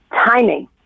timing